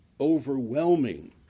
overwhelming